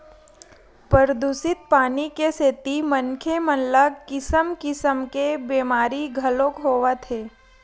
परदूसित पानी के सेती मनखे मन ल किसम किसम के बेमारी घलोक होवत हे